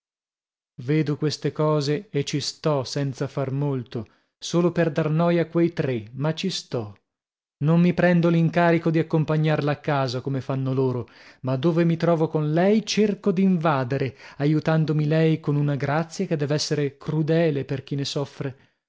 vedo queste cose e ci sto senza far molto solo per dar noia a quei tre ma ci sto non mi prendo l'incarico di accompagnarla a casa come fanno loro ma dove mi trovo con lei cerco d'invadere aiutandomi lei con una grazia che dev'essere crudele per chi ne soffre